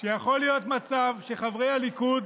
שיכול להיות מצב שחברי הליכוד